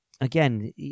again